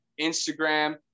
Instagram